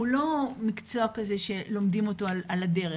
הוא לא מקצוע כזה שלומדים אותו על הדרך,